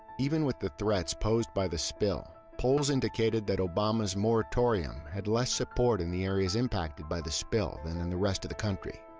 even with the threats posed by the spill, polls indicated that obama's moratorium had less support in the areas impacted by the spill than in and the rest of the country.